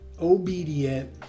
obedient